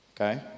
okay